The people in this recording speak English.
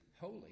holy